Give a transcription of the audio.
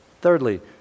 thirdly